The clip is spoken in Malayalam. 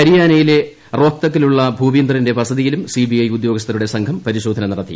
ഹൃരിയ്ാന്യിലെ റോഹ്ത്തക്കിലുള്ള ഭൂപീന്ദരിന്റെ വസതിയിലും സിബിഐ ഉദ്യോഗസ്ഥരുടെ സംഘം പരിശോധന നടത്തി